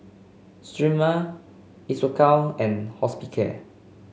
Sterimar Isocal and Hospicare